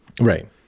Right